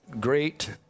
great